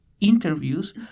interviews